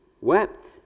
wept